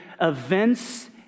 events